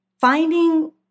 finding